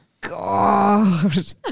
God